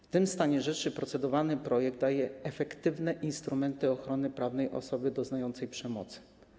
W tym stanie rzeczy procedowany projekt daje efektywne instrumenty ochrony prawnej osobie doznającej przemocy.